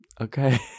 okay